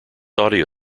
audio